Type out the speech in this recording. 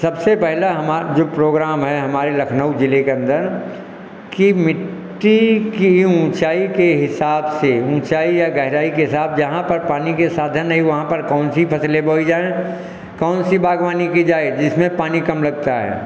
सबसे पहला हमारा जो प्रोग्राम है हमारे लखनऊ जिले के अंदर कि मिट्टी की ऊँचाई के हिसाब से ऊँचाई या गहराई के हिसाब जहाँ पर पानी के साधन नहीं वहाँ पर कौन सी फसलें बोई जाएँ कौन सी बागवानी की जाए जिसमें पानी कम लगता है